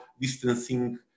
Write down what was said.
distancing